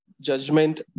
judgment